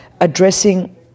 addressing